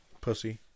Pussy